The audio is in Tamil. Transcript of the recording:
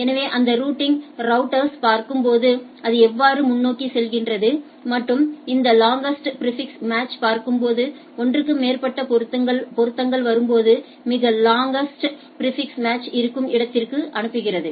எனவே அந்த ரூட்டிங் ரௌட்டர்ஸ்களை பார்க்கும்போது அது எவ்வாறு முன்னோக்கி செல்கிறது மற்றும் இந்த லாங்அஸ்ட் பிாிஃபிக்ஸ் மேட்ச் பார்க்கும்போது ஒன்றுக்கு மேற்பட்ட பொருத்தங்கள் வரும்போது மிக லாங்அஸ்ட் பிாிஃபிக்ஸ் மேட்ச்இருக்கும் இடத்திற்கு அனுப்புகிறது